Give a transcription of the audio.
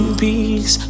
peace